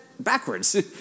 backwards